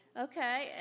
Okay